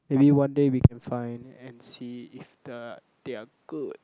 maybe one day we can find and see if the they are good